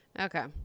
Okay